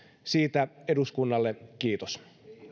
siitä eduskunnalle kiitos